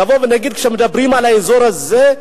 נבוא ונגיד: כשמדברים על האזור הזה,